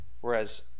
whereas